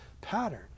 pattern